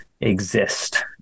exist